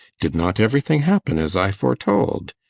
did not everything happen as i foretold?